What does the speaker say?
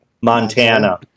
Montana